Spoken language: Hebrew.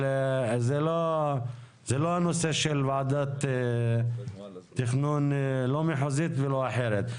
אבל זה לא הנושא של ועדת התכנון המחוזית או אחרת.